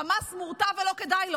חמאס מורתע ולא כדאי לו.